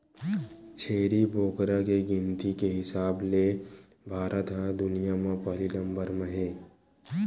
छेरी बोकरा के गिनती के हिसाब ले भारत ह दुनिया म पहिली नंबर म हे